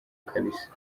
kbs